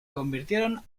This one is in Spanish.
convirtieron